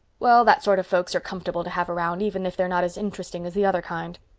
well, that sort of folks are comfortable to have round, even if they're not as interesting as the other kind.